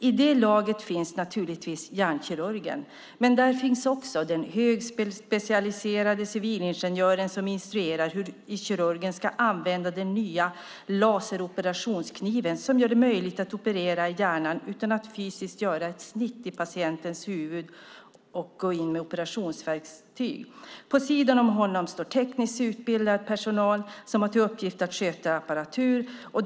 I det laget finns naturligtvis hjärnkirurgen, men där finns också den högspecialiserade civilingenjören, som instruerar kirurgen i användningen av den nya laseroperationskniven, som gör det möjligt att operera hjärnan utan att fysiskt göra ett snitt i patientens huvud eller gå in med operationsverktyg. Vid sidan av honom står tekniskt utbildad personal som har till uppgift att sköta apparaturen.